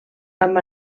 amb